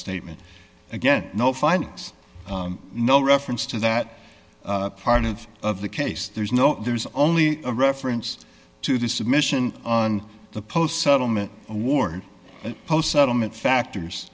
statement again no findings no reference to that part of of the case there's no there is only a reference to the submission on the post settlement award and post settlement factors